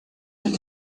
with